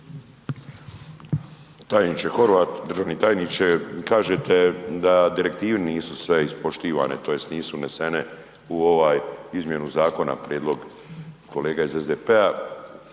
Tajniče Horvat, državni tajniče, kažete da direktive nisu sve ispoštivane tj. nisu unesene u ovu izmjenu zakona, prijedlog kolega iz SDP-a.